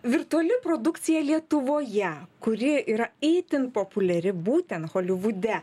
virtuali produkcija lietuvoje kuri yra itin populiari būtent holivude